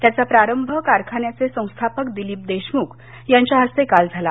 त्याचा प्रारंभ कारखान्याचे संस्थापक दिलीप देशमुख यांच्या हस्ते काल झाला